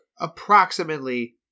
approximately